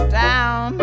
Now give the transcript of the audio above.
down